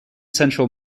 central